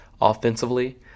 offensively